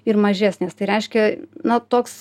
ir mažesnės tai reiškia na toks